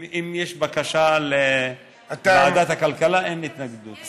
אם יש בקשה לוועדת הכלכלה, אין לי התנגדות.